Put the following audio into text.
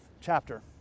chapter